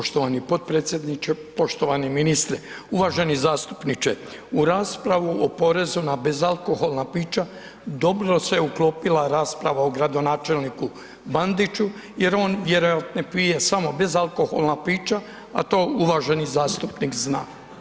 Poštovani potpredsjedniče, poštovani ministre, uvaženi zastupniče, u raspravu o porezu na bezalkoholna pića dobro se uklopila rasprava o gradonačelniku Bandiću jer on vjerojatno pije samo bezalkoholna pića, a to uvaženi zastupnik zna.